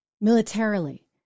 militarily